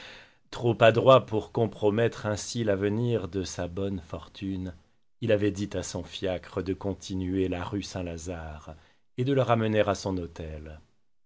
trop adroit pour compromettre ainsi l'avenir de sa bonne fortune il avait dit à son fiacre de continuer la rue saint-lazare et de le ramener à son hôtel